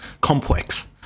complex